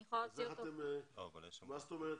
אני יכולה להוציא אותו --- מה זאת אומרת?